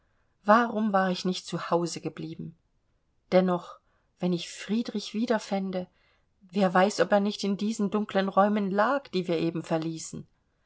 warum war ich nicht zu hause geblieben dennoch wenn ich friedrich wiederfände wer weiß ob er nicht in diesen dunklen räumen lag die wir eben verließen